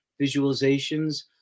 visualizations